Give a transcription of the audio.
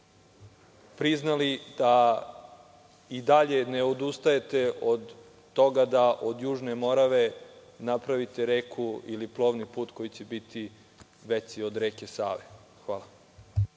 priznali da i dalje ne odustajete od toga da od Južne Morave napravite reku ili plovni put koji će biti veći od reke Save. Hvala.